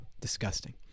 disgusting